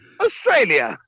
Australia